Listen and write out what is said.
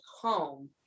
home